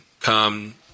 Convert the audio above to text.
come